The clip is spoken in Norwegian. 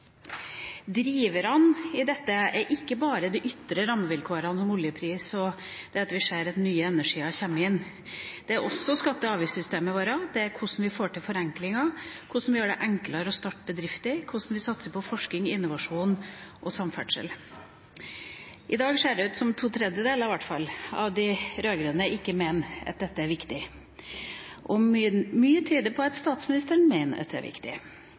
Driverne i dette er ikke bare de ytre rammevilkårene som oljepris og det at vi ser at nye energier kommer inn. Det er også skatte- og avgiftssystemet vårt, det er hvordan vi får til forenklinger, hvordan vi gjør det enklere å starte bedrifter, hvordan vi satser på forskning, innovasjon og samferdsel. I dag ser det ut som om i hvert fall to tredjedeler av de rød-grønne ikke mener at dette er viktig. Mye tyder på at statsministeren mener at dette er viktig.